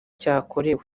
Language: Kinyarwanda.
cyakorewe